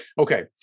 Okay